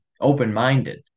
open-minded